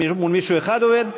מול מישהו אחד עובד?